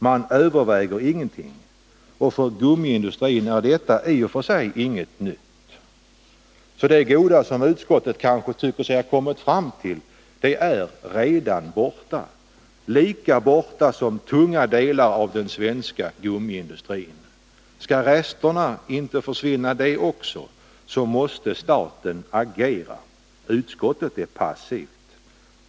Man överväger ingenting. För gummiindustrin är detta i och för sig inget nytt. Så det goda som utskottet kanske tycker sig ha kommit fram till är redan borta, lika borta som tunga delar av den svenska gummiindustrin. Skall resterna inte försvinna de också, så måste staten agera. Utskottet är passivt.